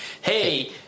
hey